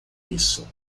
isso